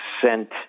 sent